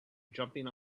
jumping